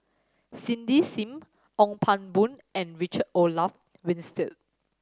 Cindy Sim Ong Pang Boon and Richard Olaf Winstedt